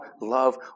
love